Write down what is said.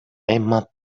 emma